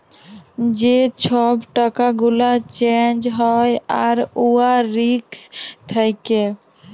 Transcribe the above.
যে ছব টাকা গুলা চ্যাঞ্জ হ্যয় আর উয়ার রিস্ক থ্যাকে